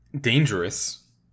dangerous